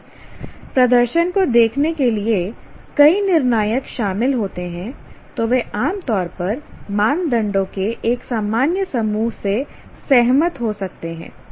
यदि प्रदर्शन को देखने के लिए कई निर्णायक शामिल होते हैं तो वे आम तौर पर मानदंडों के एक सामान्य समूह से सहमत हो सकते हैं